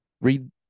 read